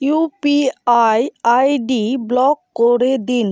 you P I I D block করে দিন